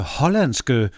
hollandske